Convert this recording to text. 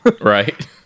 right